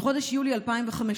"בחודש יולי 2015,